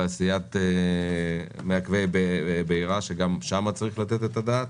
ותעשיית מעכבי בעירה, וגם על זה צריך לתת את הדעת.